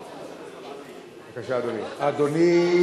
אדוני.